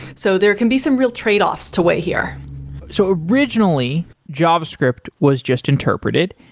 so there can be some real tradeoffs to weigh here so originally, java script was just interpreted,